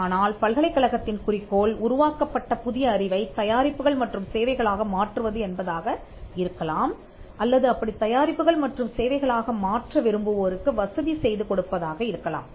ஆனால் பல்கலைக்கழகத்தின் குறிக்கோள் உருவாக்கப்பட்ட புதிய அறிவைத் தயாரிப்புகள் மற்றும் சேவைகள் ஆக மாற்றுவது என்பதாக இருக்கலாம் அல்லது அப்படித் தயாரிப்புகள் மற்றும் சேவைகள் ஆக மாற்ற விரும்புவோருக்கு வசதி செய்து கொடுப்பதாக இருக்கலாம்